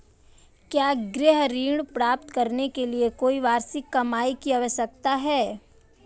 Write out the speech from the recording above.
क्या गृह ऋण प्राप्त करने के लिए कोई वार्षिक कमाई की आवश्यकता है?